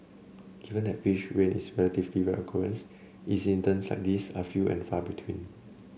given that fish rain is a relatively rare occurrence incidents like these are few and far between